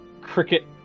cricket